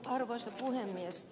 arvoisa puhemies